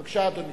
בבקשה, אדוני.